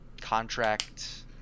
contract